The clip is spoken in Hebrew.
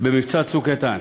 במבצע "צוק איתן".